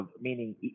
meaning